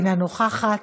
אינה נוכחת,